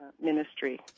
ministry